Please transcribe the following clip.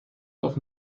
auf